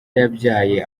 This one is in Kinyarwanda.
yabyaye